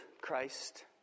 Christ